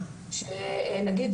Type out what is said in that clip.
שנגיד,